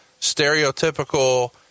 stereotypical